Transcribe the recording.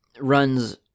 runs